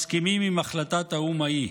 מסכימים עם החלטת האו"ם ההיא.